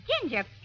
ginger